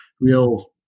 real